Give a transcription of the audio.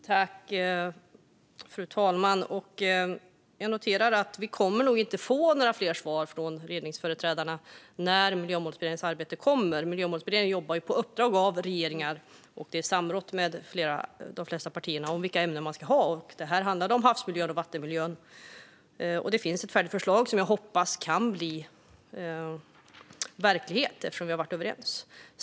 Fru talman! Jag noterar att vi nog inte kommer att få några fler svar från regeringsföreträdarna angående Miljömålsberedningens arbete. Miljömålsberedningen jobbar ju på uppdrag av regeringar och har samrått med de flesta partier om vilka ämnen man ska ta upp. Det här handlade om havsmiljön och vattenmiljön, och det finns ett färdigt förslag som jag hoppas kan bli verklighet eftersom vi har varit överens.